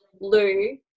Lou